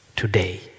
Today